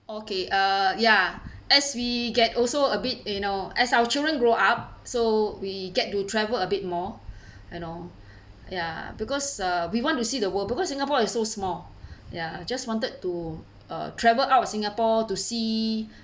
okay uh ya as we get also a bit you know as our children grow up so we get to travel a bit more you know ya because uh we want to see the world because singapore is so small ya just wanted to uh travel out of singapore to see